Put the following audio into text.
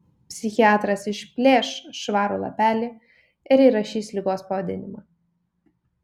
psichiatras išplėš švarų lapelį ir įrašys ligos pavadinimą